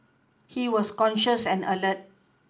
he was conscious and alert